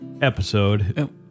episode